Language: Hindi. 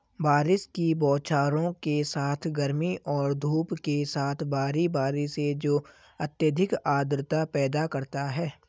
बारिश की बौछारों के साथ गर्मी और धूप के साथ बारी बारी से जो अत्यधिक आर्द्रता पैदा करता है